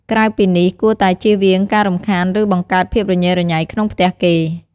ក្រៅពីនេះ គួរតែជៀសវាងការរំខាន ឬ បង្កើតភាពរញេរញៃក្នុងផ្ទះគេ។